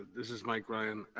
this is mike ryan.